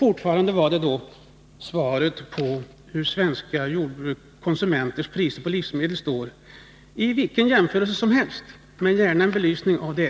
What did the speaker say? Fortfarande handlar det om svaret på frågan om livsmedelspriserna för svenska konsumenter i vilken jämförelse som helst.